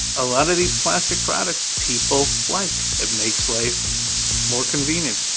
a lot of these plastic products, people like. it makes life more convenient.